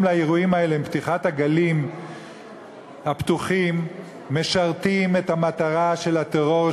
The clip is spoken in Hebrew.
לאירועים האלה עם פתיחת הגלים הפתוחים משרתת את המטרה של הטרור,